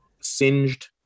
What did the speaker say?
Singed